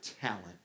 talent